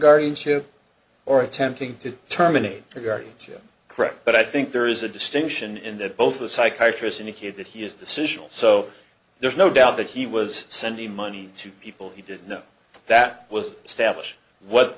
guardianship or attempting to terminate the guardianship correct but i think there is a distinction in that both of psychiatry is indicated that he is decisional so there's no doubt that he was sending money to people he didn't know that was established what